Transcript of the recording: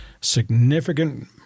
significant